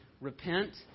Repent